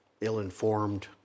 ill-informed